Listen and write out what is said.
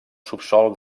subsòl